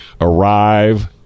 arrive